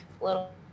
little